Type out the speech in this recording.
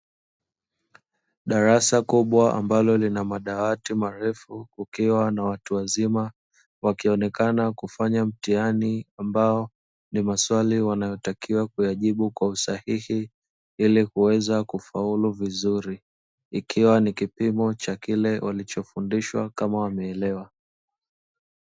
Darasa kubwa ambalo lina madawati marefu, kukiwa na watu wazima wakionekana kufanya mtihani, ambao ni maswali wanayotakiwa kuyajibu kwa usahihi, ili kuweza kufaulu vizuri; ikiwa ni kipimo cha kile walichofundishwa kama wameelewa.